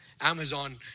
Amazon